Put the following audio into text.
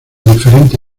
diferente